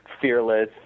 fearless